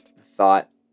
thought